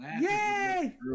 Yay